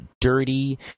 dirty